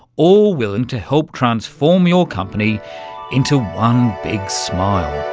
all willing to help transform your company into one big smile.